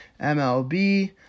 MLB